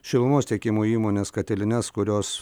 šilumos tiekimo įmonės katilines kurios